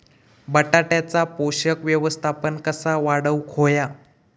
बटाट्याचा पोषक व्यवस्थापन कसा वाढवुक होया?